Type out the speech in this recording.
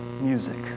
music